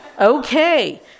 Okay